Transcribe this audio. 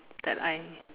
that I